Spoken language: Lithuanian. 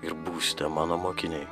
ir būsite mano mokiniai